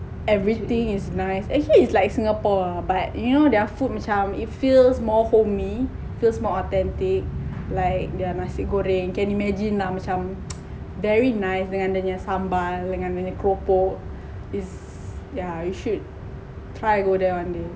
everything is nice actually is like singapore ah but you know their food macam it's feels more homie feels more authentic like their nasi goreng can imagine lah macam very nice dengan dia punya sambal dengan dia punya keropok is yeah you should try go there one day